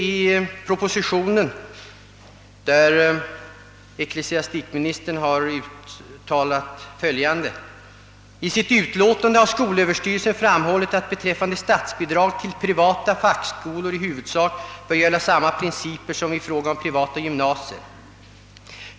I gymnasiepropositionen år 1964 uttalade statsrådet följande: »I sitt utlåtande har skolöverstyrelsen framhållit att beträffande statsbidrag till privata fackskolor i huvudsak bör gälla samma principer som i fråga om privata gymnasier.